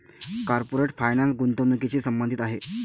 corporate finance गुंतवणुकीशी संबंधित आहे